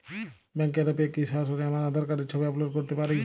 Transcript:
ব্যাংকের অ্যাপ এ কি সরাসরি আমার আঁধার কার্ড র ছবি আপলোড করতে পারি?